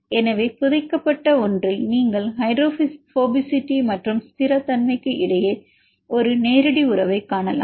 எனவே புதைக்கப்பட்ட ஒன்றில் நீங்கள் ஹைட்ரோபோபசிட்டி மற்றும் ஸ்திரத்தன்மைக்கு இடையே ஒரு நேரடி உறவைக் காணலாம்